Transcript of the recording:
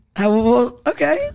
okay